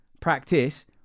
Practice